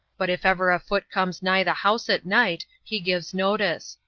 but if ever a foot comes nigh the house at night, he gives notice.